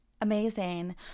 Amazing